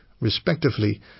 respectively